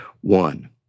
one